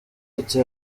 ati